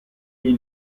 egli